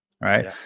right